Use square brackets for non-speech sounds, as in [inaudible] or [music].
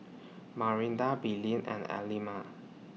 Marinda Belen and [unintelligible]